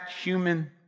human